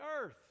earth